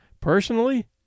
Personally